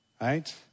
right